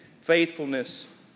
faithfulness